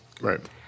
Right